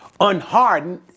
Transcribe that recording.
unhardened